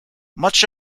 much